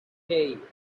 hey